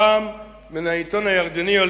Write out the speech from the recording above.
הפעם מן העיתון הירדני,